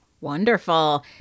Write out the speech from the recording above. Wonderful